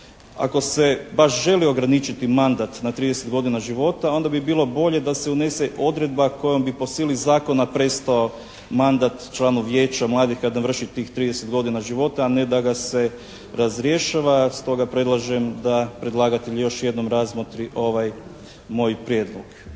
Ako se baš želi ograničiti mandat na 30 godina života onda bi bilo bolje da se unese odredba kojom bi po sili zakona prestao mandat članu Vijeća mladih kad navrši tih 30 godina života, a ne da ga se razrješava. Stoga predlažem da predlagatelj još jednom razmotri ovaj moj prijedlog.